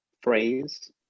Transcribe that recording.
phrase